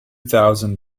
thousand